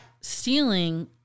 stealing